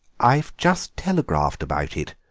i've just telegraphed about it,